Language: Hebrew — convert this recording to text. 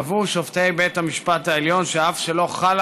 קבעו שופטי בית המשפט העליון שאף שלא חלה